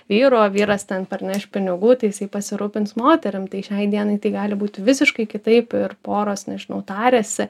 vyru o vyras ten parneš pinigų tai isai pasirūpins moterim tai šiai dienai tai gali būti visiškai kitaip ir poros nežinau tariasi